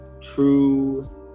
true